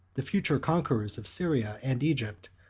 the future conquerors of syria and egypt,